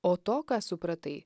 o to ką supratai